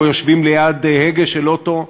או יושבים ליד הגה של אוטו,